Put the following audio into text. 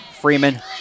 Freeman